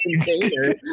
container